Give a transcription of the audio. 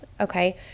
okay